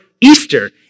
Easter